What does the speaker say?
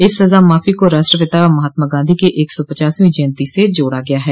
इस सजा माफी को राष्ट्रपिता महात्मा गांधी की एक सौ पचासवीं जयंती से जोड़ा गया है